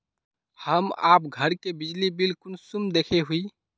हम आप घर के बिजली बिल कुंसम देखे हुई?